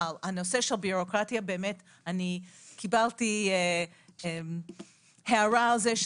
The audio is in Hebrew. אני כבר אומר, אחריה חבר הכנסת חילי טרופר.